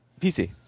PC